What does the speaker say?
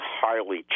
highly